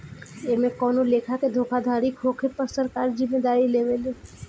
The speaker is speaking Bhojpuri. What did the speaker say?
एमे कवनो लेखा के धोखाधड़ी होखे पर सरकार जिम्मेदारी लेवे ले